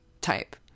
type